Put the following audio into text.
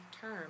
term